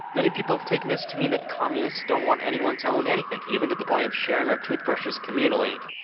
many people have taken this to mean that communists don't want anyone to own anything, even to the point of sharing our toothbrushes communally.